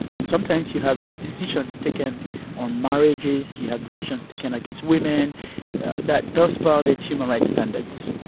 and sometimes you have decisions taken on marriages, you have decisions taken against women that does violate human rights standards.